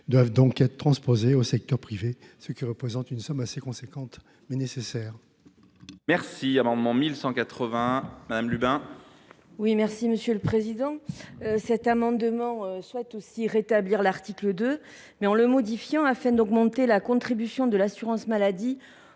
doivent donc être transposées au secteur privé, ce qui représente une somme assez importante, mais nécessaire.